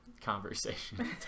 conversation